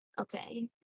Okay